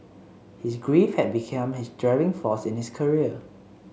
his grief had become his driving force in his career